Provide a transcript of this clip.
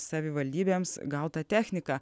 savivaldybėms gautą techniką